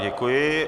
Děkuji.